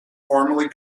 formally